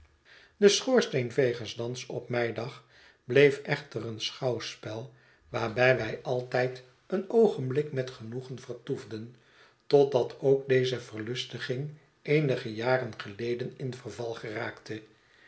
de schoorsteenvegersdans op meidag bleef echter een schouwspel waarbij wij altijd een oogenblik met genoegen vertoefden totdat ook deze verlustiging eenige jaren geleden in verval geraakte